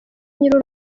nyiri